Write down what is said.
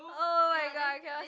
oh-my-god I cannot